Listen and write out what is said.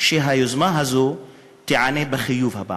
שהיוזמה הזאת תיענה הפעם בחיוב.